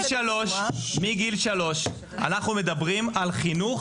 מגיל שלוש אנחנו מדברים על חינוך